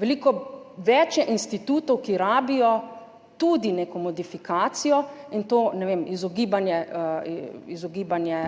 Veliko več je institutov, ki rabijo tudi neko modifikacijo, in to, ne vem, izogibanje